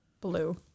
Blue